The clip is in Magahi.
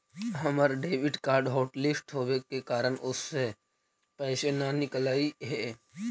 हमर डेबिट कार्ड हॉटलिस्ट होवे के कारण उससे पैसे न निकलई हे